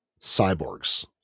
cyborgs